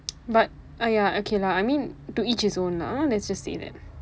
but !aiya! okay lah I mean to each his own lah let's just say that